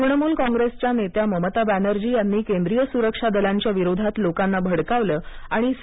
तृणमूल कॉंग्रेसच्या नेत्या ममता बॅनर्जी यांनी केंद्रीय सुरक्षा दलांच्या विरोधात लोकाना भडकावलं आणि सी